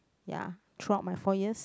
ya throughout my four years